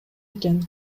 экен